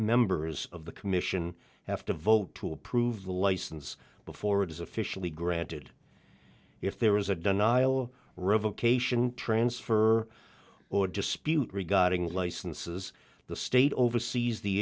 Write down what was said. members of the commission have to vote to approve the license before it is officially granted if there is a denial revocation transfer or dispute regarding licenses the state oversees the